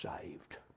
saved